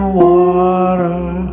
water